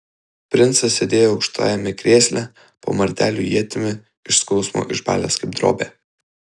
princas sėdėjo aukštajame krėsle po martelių ietimi iš skausmo išbalęs kaip drobė